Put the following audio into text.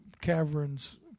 caverns